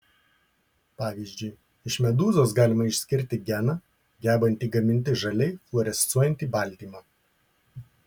pavyzdžiui iš medūzos galima išskirti geną gebantį gaminti žaliai fluorescuojantį baltymą